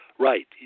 Right